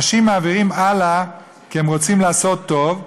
אנשים מעבירים הלאה כי הם רוצים לעשות טוב,